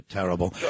terrible